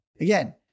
Again